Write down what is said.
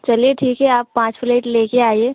चलिए ठीक है आप पाँच प्लेट लेकर आइए